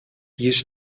used